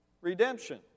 redemption